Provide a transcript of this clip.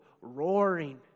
roaring